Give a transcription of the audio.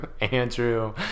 Andrew